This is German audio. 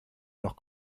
noch